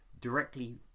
directly